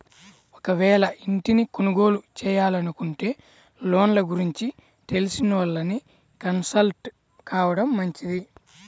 ఒకవేళ ఇంటిని కొనుగోలు చేయాలనుకుంటే లోన్ల గురించి తెలిసినోళ్ళని కన్సల్ట్ కావడం మంచిది